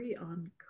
on